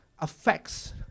affects